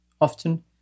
often